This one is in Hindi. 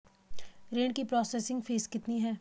ऋण की प्रोसेसिंग फीस कितनी है?